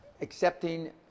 accepting